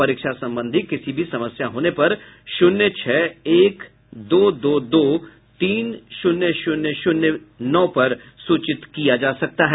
परीक्षा संबंधी किसी समस्या होने पर शून्य छह एक दो दो दो तीन शून्य शून्य शून्य नौ पर सूचित किया जा सकता है